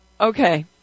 Okay